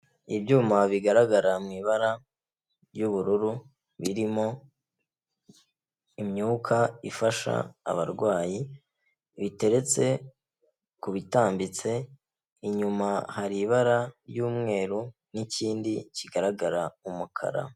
Ibyuma bigaragara mu ibara ry'ubururu, birimo imyuka ifasha abarwayi, biteretse ku bitambitse, inyuma hari ibara ry'umweru n'ikindi kigaragara umukara.